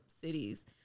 cities